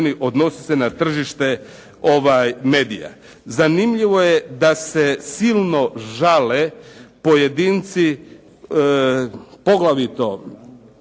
odnosi se na tržište medija. Zanimljivo je da se silno žale pojedinci poglavito